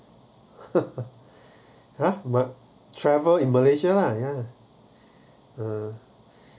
ah my travel in malaysia lah ya lah